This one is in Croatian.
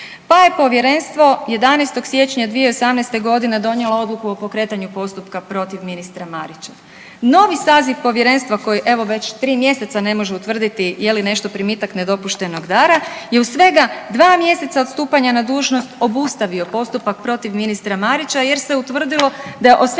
pa je povjerenstvo 11. siječnja 2018.g. donijelo odluku o pokretanju postupka protiv ministra Marića. Novi saziv povjerenstva koje evo već 3 mjeseca ne može utvrditi je li nešto primitak nedopuštenog dara i u svega 2 mjeseca od stupanja na dužnost obustavio postupak protiv ministra Marića jer se utvrdilo da je o svim